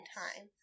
time